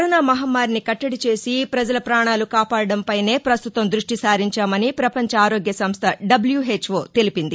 corona మహమ్మారిని కట్టడిచేసి ప్రజల ప్రాణాలు కాపాడటంపైనే పస్తుతం దృష్టి సారించామని ప్రపంచ ఆరోగ్య సంస్ల డబ్యూహెచ్వో తెలిపింది